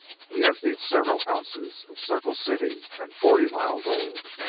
he emptied several ounces of circle city and forty mile gold.